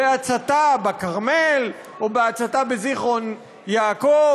בהצתה בכרמל או בהצתה בזיכרון-יעקב,